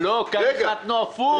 לא, כאן החלטנו הפוך.